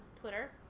Twitter